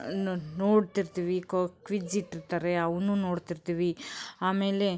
ನ ನೋಡ್ತಿರ್ತೀವಿ ಕ್ವಿಜ್ ಇಟ್ಟಿರ್ತಾರೆ ಅವನ್ನೂ ನೋಡ್ತಿರ್ತೀವಿ ಆಮೇಲೆ